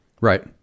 Right